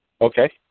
Okay